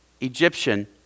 Egyptian